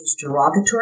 derogatory